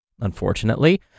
Unfortunately